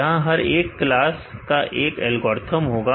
यहां हर एक क्लास का एक अलग एल्गोरिथ्म होगा